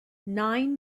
nine